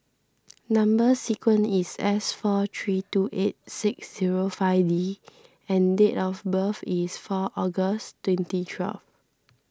Number Sequence is S four three two eight six zero five D and date of birth is four August twenty twelve